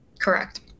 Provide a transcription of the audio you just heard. Correct